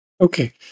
Okay